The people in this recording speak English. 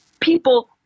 people